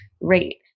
rate